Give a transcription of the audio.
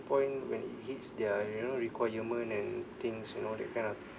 point when it hits their you know requirement and things you know that kind of